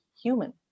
human